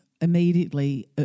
immediately